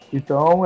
Então